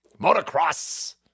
Motocross